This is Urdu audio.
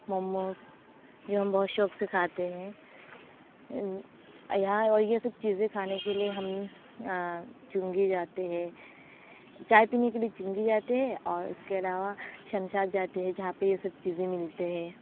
موموز یہ ہم بہت شوق سے کھاتے ہیں یہاں یہ اور سب چیزیں کھانے کے لیے ہم چنگی جاتے ہے چائے پینے کے لیے چنگی جاتے ہے اور اس کے علاوہ ششماد جاتے ہے جہاں پہ یہ سب چیزیں ملتے ہے